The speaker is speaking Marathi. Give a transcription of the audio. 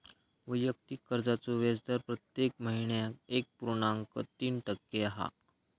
वैयक्तिक कर्जाचो व्याजदर प्रत्येक महिन्याक एक पुर्णांक तीन टक्के हा